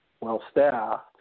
well-staffed